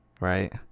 right